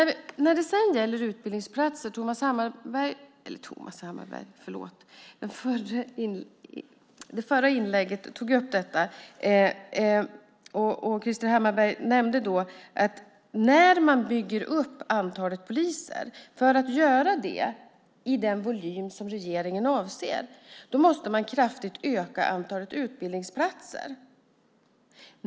Antalet utbildningsplatser togs upp i det förra inlägget. Krister Hammarbergh nämnde då att bygga upp antalet poliser. För att göra det i den volym som regeringen avser måste man kraftigt öka antalet utbildningsplatser.